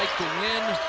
to win.